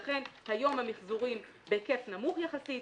לכן היום המיחזורים הם בהיקף נמוך יחסית.